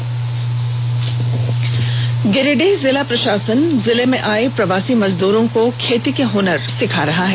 special story Giridih Giridih जिला प्रषासन जिले में आए प्रवासी मजदूरों को खेती के हनर सिखा रहा है